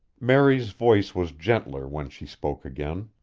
mary's voice was gentler when she spoke again.